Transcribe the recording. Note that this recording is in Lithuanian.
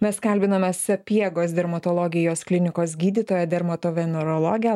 mes kalbinome sapiegos dermatologijos klinikos gydytoją dermatovenerologę